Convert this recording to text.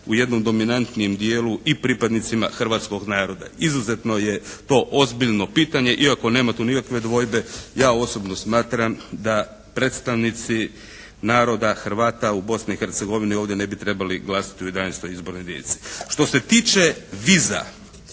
u jednom dominantnijem dijelu i pripadnicima hrvatskog naroda. Izuzetno je to ozbiljno pitanje iako tu nema nikakve dvojbe. Ja osobno smatram da predstavnici naroda Hrvata u Bosni i Hercegovini ovdje ne bi trebali glasati u 11. izbornoj jedinici. Što se tiče viza